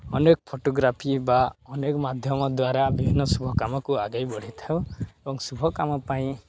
ଅନେକ ଫଟୋଗ୍ରାଫି ବା ଅନେକ ମାଧ୍ୟମ ଦ୍ୱାରା ବିଭିନ୍ନ ଶୁଭ କାମକୁ ଆଗେଇ ବଢ଼େଇଥାଉ ଏବଂ ଶୁଭ କାମ ପାଇଁ